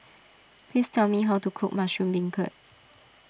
please tell me how to cook Mushroom Beancurd